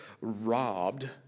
robbed